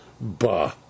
Bah